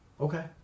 Okay